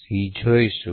c જોઈશું